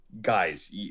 guys